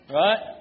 right